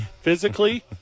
Physically